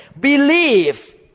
believe